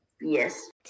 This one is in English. Yes